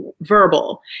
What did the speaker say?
verbal